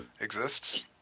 exists